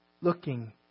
looking